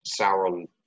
Sauron